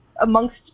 amongst